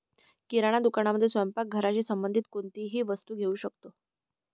किराणा दुकानामध्ये स्वयंपाक घराशी संबंधित कोणतीही वस्तू घेऊ शकतो